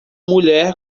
mulher